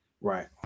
Right